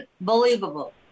unbelievable